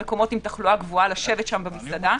נוהרים אנשים ממקומות עם תחלואה גבוהה לשבת שם במסעדה,